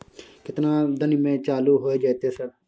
केतना दिन में चालू होय जेतै सर?